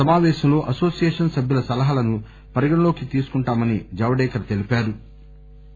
సమాపేశంలో అనోసియేషన్ సభ్యుల సలహాలను పరిగణనలోకి తీసుకుంటామని జవదేకర్ తెలిపారు